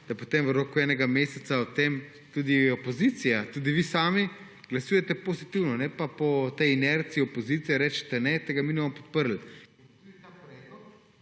da potem v roku enega meseca o tem tudi opozicija, tudi vi sami glasujete pozitivno, ne pa po tej inerciji: opozicija, recite ne, tega mi ne bomo podprli.